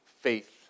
faith